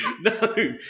No